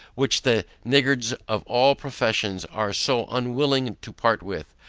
which the niggards of all professions are so unwilling to part with,